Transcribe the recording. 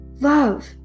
love